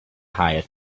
hire